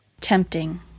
tempting